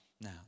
Now